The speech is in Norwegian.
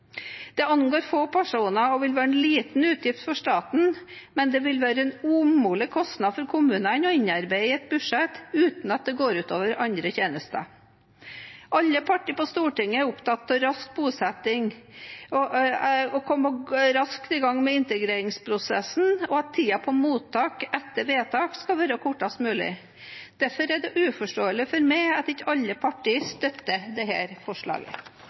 Det angår få personer og vil være en liten utgift for staten, men det vil være en umulig kostnad for kommunene å innarbeide i et budsjett uten at det går ut over andre tjenester. Alle partier på Stortinget er opptatt av rask bosetting, av å komme raskt i gang med integreringsprosessen og at tiden på mottak etter vedtak skal være kortest mulig. Derfor er det uforståelig for meg at ikke alle partier støtter dette forslaget. Det